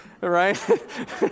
right